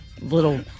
little